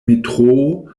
metroo